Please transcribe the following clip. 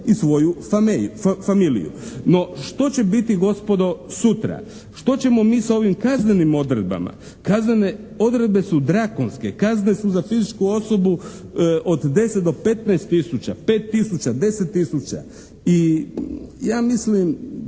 i svoju familiju. No, što će biti gospodo sutra. Što ćemo mi sa ovim kaznenim odredbama? Kaznene odredbe su drakonske. Kazne su za fizičku osobu od 10 do 15000, 5000, 10000 i ja mislim